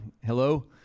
Hello